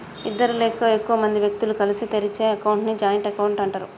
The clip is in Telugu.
ఇద్దరు లేదా ఎక్కువ మంది వ్యక్తులు కలిసి తెరిచే అకౌంట్ ని జాయింట్ అకౌంట్ అంటరు